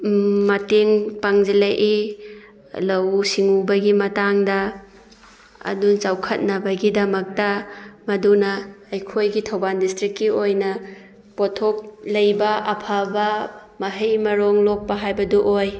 ꯃꯇꯦꯡ ꯄꯥꯡꯁꯤꯜꯂꯛꯏ ꯂꯧꯎ ꯁꯤꯡꯎꯕꯒꯤ ꯃꯇꯥꯡꯗ ꯑꯗꯨ ꯆꯥꯎꯈꯠꯅꯕꯒꯤꯗꯃꯛꯇ ꯃꯗꯨꯅ ꯑꯩꯈꯣꯏꯒꯤ ꯊꯧꯕꯥꯜ ꯗꯤꯁꯇ꯭ꯔꯤꯛꯀꯤ ꯑꯣꯏꯅ ꯄꯣꯊꯣꯛ ꯂꯩꯕ ꯑꯐꯕ ꯃꯍꯩ ꯃꯔꯣꯡ ꯂꯣꯛꯄ ꯍꯥꯏꯕꯗꯨ ꯑꯣꯏ